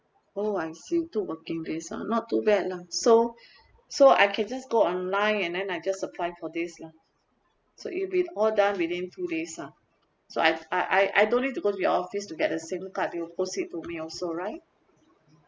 oh I see two working days ah not too bad lah so so I can just go online and then I just apply for this lah so it will be all done within two days lah so I I I I don't need to go to your office to get the SIM card they'll post it to me also right